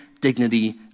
dignity